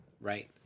Right